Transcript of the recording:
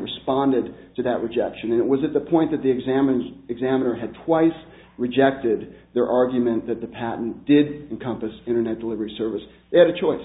responded to that rejection it was at the point that the examines examiner had twice rejected their argument that the patent did encompass internet delivery service they had a choice